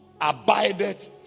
abided